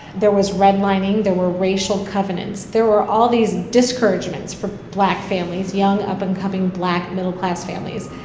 there was redlining. there were racial covenants. there were all these discouragements for black families young, up and coming, black middle-class families.